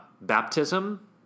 Baptism